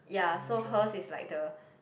ya so her's is like the